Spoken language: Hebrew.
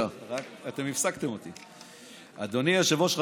אדוני היושב-ראש,